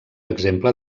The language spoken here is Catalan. exemple